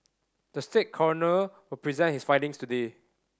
the state coroner will present his findings today